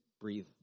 breathe